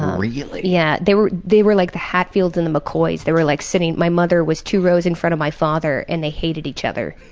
really? yeah. they were they were like the hatfields and the mccoys. they were like sitting my mother was two rows in front of my father and they hated each other,